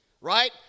right